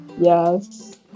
Yes